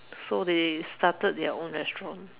so they started their own restaurant